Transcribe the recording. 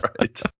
right